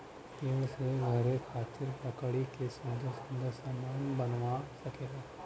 पेड़ से घरे खातिर लकड़ी क सुन्दर सुन्दर सामन बनवा सकेला